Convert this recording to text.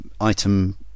item